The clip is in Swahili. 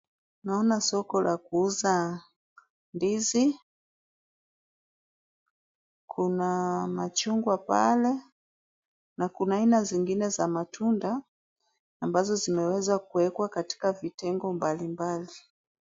Naona soko la kuuza ndizi. Kuna machungwa pale na kuna aina zingine za matunda ambazo zimeweza kuwekwa katika vitengo mbalimbali.